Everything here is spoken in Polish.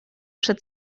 przed